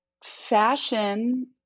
fashion